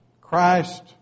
Christ